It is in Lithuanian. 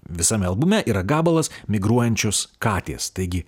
visame albume yra gabalas migruojančios katės taigi